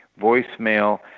voicemail